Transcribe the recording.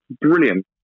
brilliant